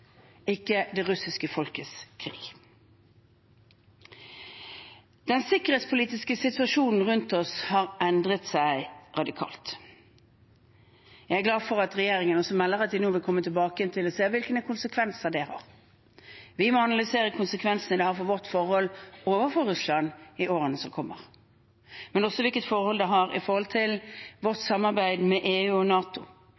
ikke det russiske folkets krig. Den sikkerhetspolitiske situasjonen rundt oss har endret seg radikalt. Jeg er glad for at regjeringen også melder at den vil komme tilbake og se på hvilke konsekvenser det har. Vi må analysere konsekvensene dette har for vårt forhold til Russland i årene som kommer, men også hva det har å si for vårt samarbeid med EU og NATO. Samarbeidet er i